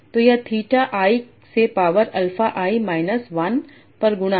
तो यह theta I से पावर अल्फा I माइनस 1 पर गुणा है